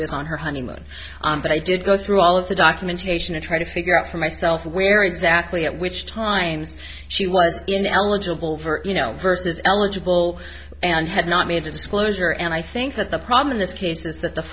is on her honeymoon but i did go through all of the documentation to try to figure out for myself where exactly at which times she was ineligible for you know versus eligible and had not made a disclosure and i think that the problem in this case is that the